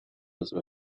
müssen